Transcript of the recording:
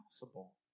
possible